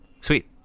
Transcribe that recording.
Sweet